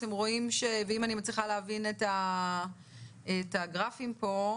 אתם רואים אם אני מצליחה להבין את הגרפים כאן